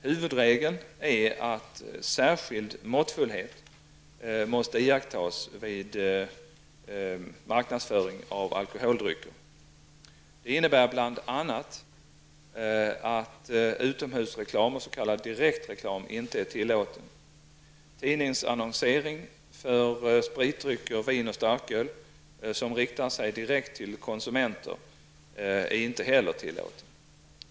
Huvudregeln är att ''särskild måttfullhet'' måste iakttas vid marknadsföring av alkoholdrycker. Det innebär bl.a. att utomhusreklam och s.k. direktreklam inte är tillåten. Tidningsannonsering för spritdrycker, vin och starköl som riktar sig direkt till konsumenter är inte heller tillåten.